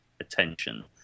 attention